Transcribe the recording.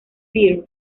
pierre